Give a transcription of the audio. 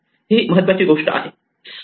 ही महत्त्वाची गोष्ट आहे